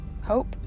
Hope